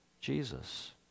Jesus